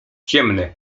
ciemne